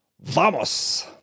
Vamos